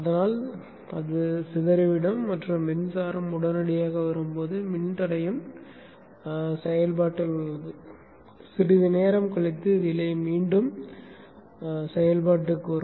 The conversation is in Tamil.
அதனால் அது சிதறிவிடும் மற்றும் மின்சாரம் உடனடியாக வரும்போது மின்தடையம் செயல்பாட்டில் உள்ளது சிறிது நேரம் கழித்து ரிலே மீண்டும் செயல்பாட்டுக்கு வரும்